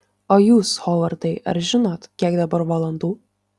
o jūs hovardai ar žinot kiek dabar valandų